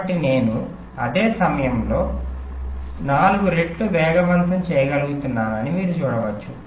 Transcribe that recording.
కాబట్టి నేను అదే సమయంలో 4 రెట్లు వేగవంతం చేయగలుగుతున్నానని మీరు చూడవచ్చు